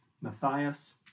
Matthias